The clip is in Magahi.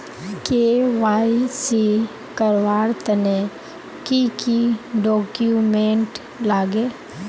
के.वाई.सी करवार तने की की डॉक्यूमेंट लागे?